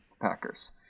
packers